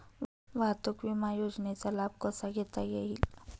वाहतूक विमा योजनेचा लाभ कसा घेता येईल?